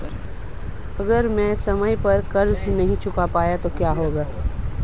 अगर मैं समय पर कर्ज़ नहीं चुका पाया तो क्या होगा?